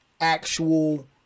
actual